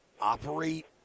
operate